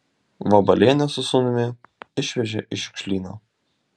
vabalienę su sūnumi išvežė į šiukšlyną